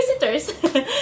visitors